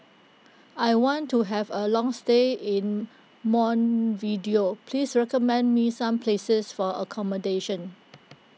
I want to have a long stay in Montevideo please recommend me some places for accommodation